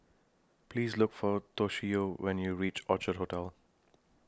Please Look For Toshio when YOU REACH Orchard Hotel